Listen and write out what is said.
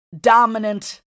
dominant